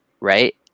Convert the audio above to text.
Right